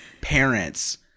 parents